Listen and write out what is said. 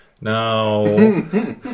Now